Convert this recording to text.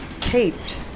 taped